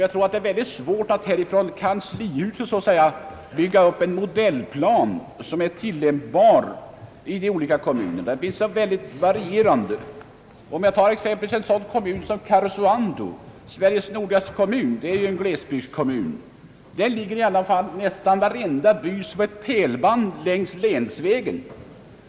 Jag tror det är svårt att från kanslihuset bygga upp en modellplan, som är tillämpbar i olika kommuner. Ta Karesuando, Sveriges nordligaste kommun. Det är en glesbygdskommun, där nästan varenda by ligger som i ett pärlband längs länsvägen.